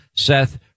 Seth